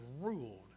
ruled